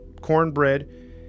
cornbread